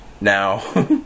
Now